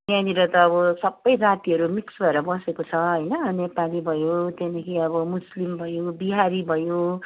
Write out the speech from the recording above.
यहाँनिर त अब सबै जातिहरू मिक्स भएर बसेको छ होइन नेपाली भयो त्यहाँदेखि अब मुस्लिम भयो बिहारी भयो